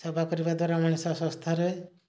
ସେବା କରିବା ଦ୍ୱାରା ମଣିଷ ସ୍ୱାସ୍ଥ୍ୟରେ